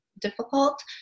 difficult